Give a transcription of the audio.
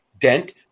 Dent